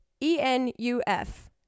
E-N-U-F